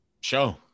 Show